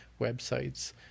websites